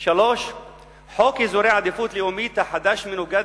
3. חוק אזורי העדיפות הלאומית החדש מנוגד